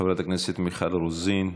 חברת הכנסת מיכל רוזין.